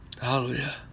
Hallelujah